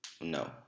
no